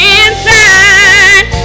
inside